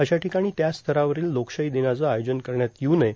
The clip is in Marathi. अशा ठिकाणी त्या स्तरावरांल लोकशाहां ददनाचं आयोजन करण्यात येवू नये